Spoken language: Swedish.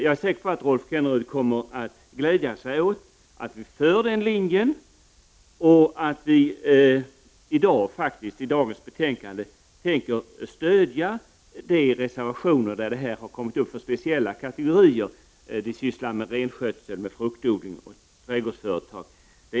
Jag är säker på att Rolf Kenneryd kommer att glädja sig åt att vi följer denna linje och att vi i dag kommer att stödja de reservationer där principen för de speciella kategorier som sysslar med renskötsel, fruktodling och trädgårdsföretag tas upp.